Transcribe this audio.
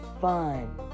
fun